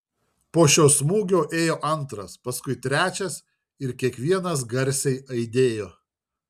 po šio smūgio ėjo antras paskui trečias ir kiekvienas garsiai aidėjo